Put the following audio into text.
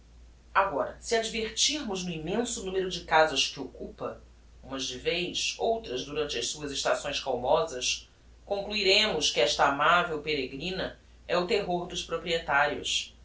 agora se advertirmos no immenso numero de casas que occupa umas de vez outras durante as suas estações calmosas concluiremos que esta amavel peregrina é o terror dos proprietarios